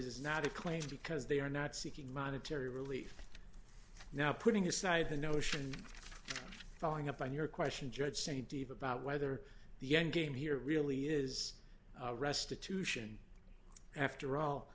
is not a claim because they are not seeking monetary relief now putting aside the notion of following up on your question judge same diva about whether the endgame here really is restitution after all